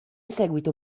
seguito